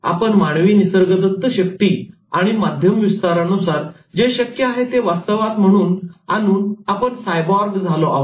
आपण मानवी निसर्गदत्त शक्ती आणि माध्यम विस्तारानुसार जे शक्य आहे ते वास्तवात आणून आपण सायबॉर्ग झालो आहोत